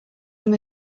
him